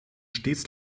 stets